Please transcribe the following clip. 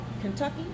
Kentucky